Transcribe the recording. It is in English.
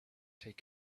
take